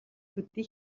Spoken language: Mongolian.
төдий